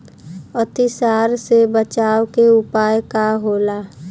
अतिसार से बचाव के उपाय का होला?